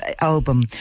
album